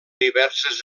diverses